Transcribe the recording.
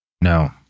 No